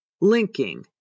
Linking